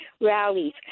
rallies